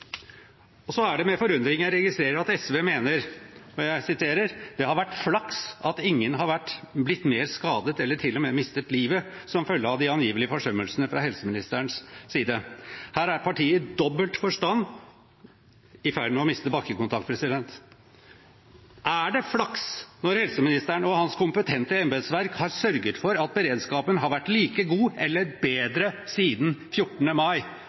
grunn. Så er det med forundring jeg registrerer at SV mener at det har vært flaks at ingen har blitt mer skadet eller til og med mistet livet som følge av de angivelige forsømmelsene fra helseministerens side. Her er partiet i dobbelt forstand i ferd med å miste bakkekontakten. Er det flaks når helseministeren og hans kompetente embetsverk har sørget for at beredskapen har vært like god eller bedre siden 14. mai